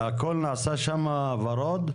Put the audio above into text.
הכל נעשה שם ורוד?